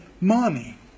money